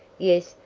yes,